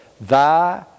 Thy